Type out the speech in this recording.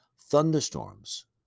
thunderstorms